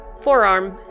forearm